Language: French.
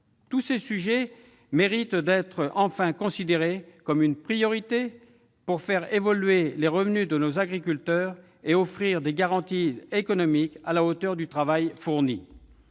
Tous ces sujets méritent d'être enfin considérés comme une priorité, pour faire évoluer les revenus de nos agriculteurs et offrir des garanties économiques à la hauteur du travail fourni.